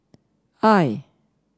I